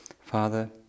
father